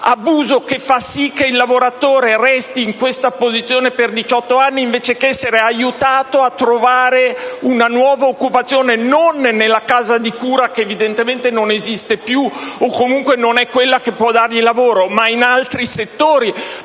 abuso che fa sì che il lavoratore resti in questa posizione per 18 anni invece che essere aiutato a trovare una nuova occupazione. Non nella casa di cura ex-datrice di lavoro, che evidentemente non esiste più: non è quella che può ridargli il lavoro, ma in altri settori.